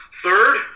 Third